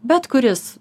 bet kuris